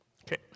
Okay